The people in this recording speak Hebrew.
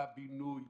בבינוי.